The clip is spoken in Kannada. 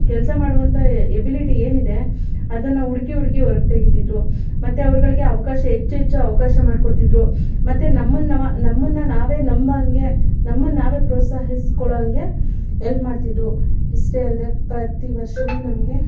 ಕೆಲಸ ಮಾಡುವಂಥ ಎಬಿಲಿಟಿ ಏನಿದೆ ಅದನ್ನು ಹುಡ್ಕಿ ಹುಡ್ಕಿ ಹೊರ್ಗೆ ತೆಗೀತಿದ್ರು ಮತ್ತೆ ಅವ್ರುಗಳಿಗೆ ಅವಕಾಶ ಹೆಚ್ಚು ಹೆಚ್ಚು ಅವಕಾಶ ಮಾಡ್ಕೊಡ್ತಿದ್ರು ಮತ್ತೆ ನಮ್ಮನ್ನ ನಮ ನಮ್ಮನ್ನು ನಾವೇ ನಂಬೋಂಗೆ ನಮ್ಮನ್ನ ನಾವೇ ಪ್ರೋತ್ಸಾಹಿಸಿಕೊಳ್ಳೋ ಹಂಗೆ ಎಲ್ಪ್ ಮಾಡ್ತಿದ್ದರು ಇಷ್ಟೆ ಅಲ್ಲದೆ ಪ್ರತಿ ವರ್ಷವೂ ನಮಗೆ